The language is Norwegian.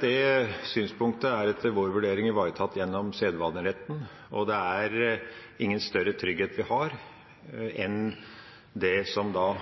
Det synspunktet er etter vår vurdering ivaretatt gjennom sedvaneretten, og det er ingen større trygghet vi har enn det som da